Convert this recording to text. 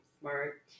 smart